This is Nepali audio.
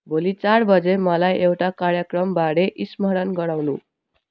भोलि चार बजी मलाई एउटा कार्यक्रमबारे स्मरण गराउनु